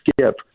skip